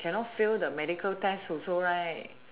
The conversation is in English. cannot fail the medical test also right